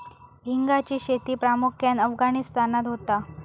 हिंगाची शेती प्रामुख्यान अफगाणिस्तानात होता